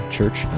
Church